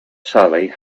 sally